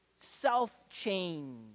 self-change